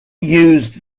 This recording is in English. used